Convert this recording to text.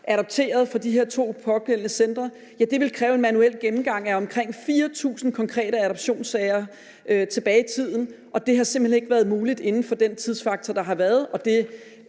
adopteret fra de her to pågældende centre, vil kræve en manuel gennemgang af omkring 4.000 konkrete adoptionssager fra tilbage i tiden, og det har simpelt hen ikke været muligt inden for den tidsfaktor, der har været, og det